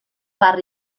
barri